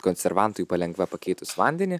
konservantui palengva pakeitus vandenį